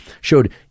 showed